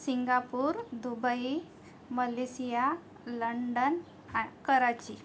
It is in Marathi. सिंगापुर दुबई मलेसिया लंडन आ कराची